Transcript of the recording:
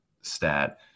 stat